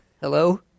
Hello